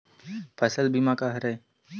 फसल बीमा का हरय?